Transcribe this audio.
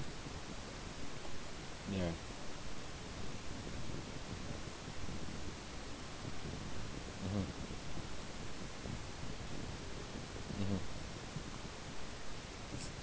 ya mmhmm mmhmm